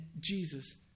Jesus